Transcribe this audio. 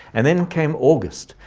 and then came august,